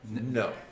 No